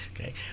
okay